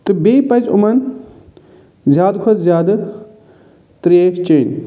تہٕ بیٚیہِ پَزِ یِمَن زیادٕ کھۄتہٕ زیادٕ تریش چینۍ